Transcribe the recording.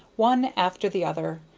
one after the other,